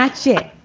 like shit